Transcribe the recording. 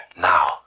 Now